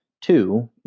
Two